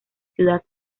ciudad